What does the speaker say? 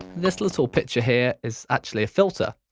this little picture here is actually a filter.